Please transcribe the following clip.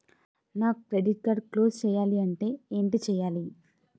నా credit card close చేయాలంటే ఏంటి చేయాలి?